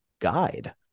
guide